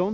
1.